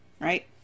Right